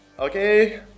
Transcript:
Okay